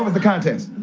ah the contest?